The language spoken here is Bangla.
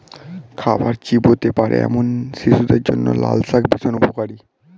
খাবার চিবোতে পারে এমন শিশুদের জন্য লালশাক ভীষণ উপকারী